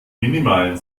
minimalen